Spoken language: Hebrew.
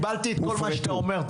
קיבלתי את מה שאתה אומר,